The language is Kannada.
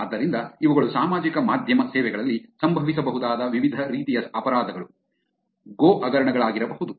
ಆದ್ದರಿಂದ ಇವುಗಳು ಸಾಮಾಜಿಕ ಮಾಧ್ಯಮ ಸೇವೆಗಳಲ್ಲಿ ಸಂಭವಿಸಬಹುದಾದ ವಿವಿಧ ರೀತಿಯ ಅಪರಾಧಗಳು ಗೋ ಹಗರಣಗಳಾಗಿರಬಹುದು